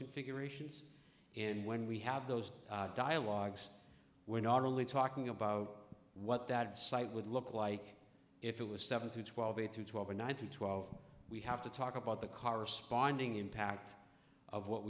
configurations and when we have those dialogues we're not only talking about what that site would look like if it was seven to twelve eight to twelve or nine to twelve we have to talk about the corresponding impact of what